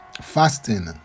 fasting